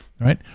right